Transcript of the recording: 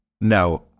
No